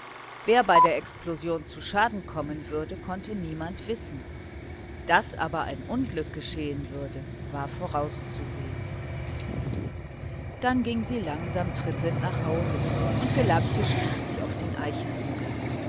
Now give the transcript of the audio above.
wer bei der explosion zu schaden kommen würde konnte niemand wissen daß aber ein unglück geschehen würde war vorauszusehen dann ging sie langsam trippelnd nach hause und gelangte schließlich auf den